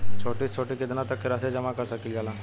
छोटी से छोटी कितना तक के राशि जमा कर सकीलाजा?